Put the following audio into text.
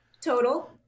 total